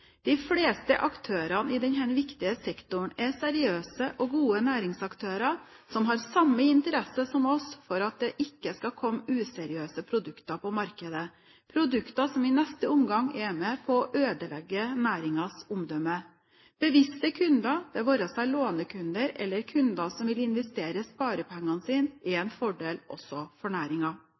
De fleste aktørene i denne viktige sektoren er seriøse og gode næringsaktører som har samme interesse som oss for at det ikke skal komme useriøse produkter på markedet – produkter som i neste omgang er med på å ødelegge næringens omdømme. Bevisste kunder – det være seg lånekunder eller kunder som vil investere sparepengene sine – er en fordel også for